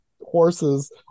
horses